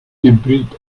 hybrid